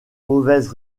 mauvaise